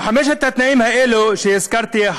מחמשת התנאים האלה שהזכרתי,